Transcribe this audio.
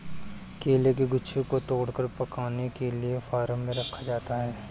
केले के गुच्छों को तोड़कर पकाने के लिए फार्म में रखा जाता है